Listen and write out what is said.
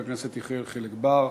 חבר הכנסת יחיאל חיליק בר.